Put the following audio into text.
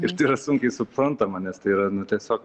ir tai yra sunkiai suprantama nes tai yra tiesiog